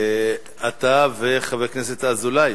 אתה וחבר הכנסת אזולאי,